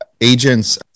agents